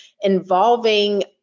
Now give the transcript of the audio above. involving